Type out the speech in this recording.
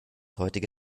heutige